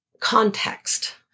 context